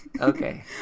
Okay